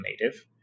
native